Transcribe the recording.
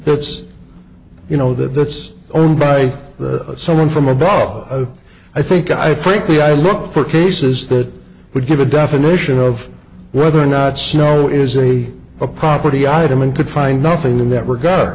that's you know that that's owned by someone from abroad i think i frankly i look for cases that would give a definition of whether or not snow is a a property item and could find nothing in that regard